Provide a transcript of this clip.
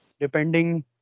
depending